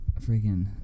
Freaking